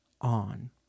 on